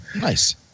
Nice